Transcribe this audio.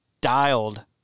dialed